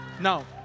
Now